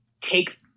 take